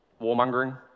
warmongering